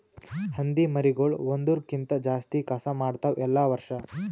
ಹಂದಿ ಮರಿಗೊಳ್ ಒಂದುರ್ ಕ್ಕಿಂತ ಜಾಸ್ತಿ ಕಸ ಕೊಡ್ತಾವ್ ಎಲ್ಲಾ ವರ್ಷ